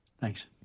Thanks